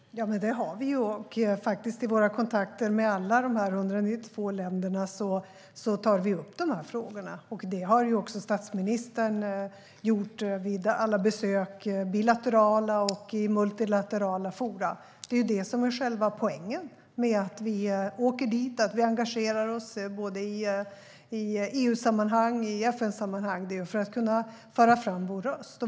Fru talman! Vi har ju en tydlig röst! Vi tar upp de här frågorna i våra kontakter med alla dessa 192 länder. Det har också statsministern gjort vid alla besök, i bilaterala och i multilaterala forum. Detta är själva poängen med att vi åker dit och att vi engagerar oss, både i EU-sammanhang och i FN-sammanhang. Vi gör det för att kunna föra fram vår röst.